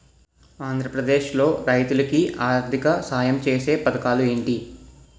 ఆంధ్రప్రదేశ్ లో రైతులు కి ఆర్థిక సాయం ఛేసే పథకాలు ఏంటి?